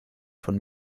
von